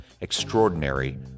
Extraordinary